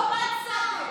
לא מה הפסדת,